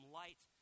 light